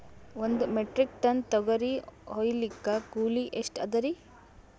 ಒಂದ್ metric ton ತೊಗರಿ ಹೋಯಿಲಿಕ್ಕ ಕೂಲಿ ಎಷ್ಟ ಅದರೀ?